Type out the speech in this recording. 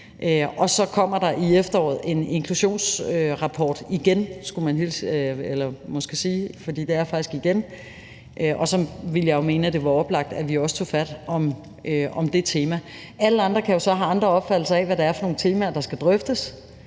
Og så kommer der i efteråret en inklusionsrapport igen, skulle man måske sige, for det er faktisk igen, og så ville jeg jo mene, det var oplagt, at vi også tog fat om det tema. Alle andre kan så have andre opfattelser af, hvad det er for nogle temaer, der skal drøftes